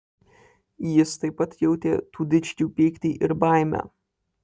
jis taip pat jautė tų dičkių pyktį ir baimę